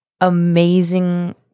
amazing